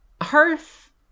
Hearth